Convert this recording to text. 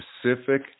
specific